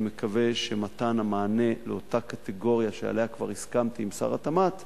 אני מקווה שמתן המענה לאותה קטגוריה שעליה כבר הסכמתי עם שר התמ"ת